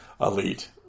Elite